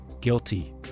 Guilty